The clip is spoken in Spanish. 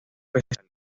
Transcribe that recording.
especial